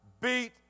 beat